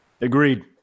Agreed